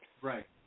Right